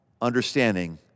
understanding